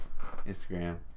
Instagram